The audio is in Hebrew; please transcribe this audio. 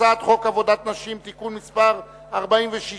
הצעת חוק עבודת נשים (תיקון מס' 46),